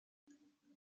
huit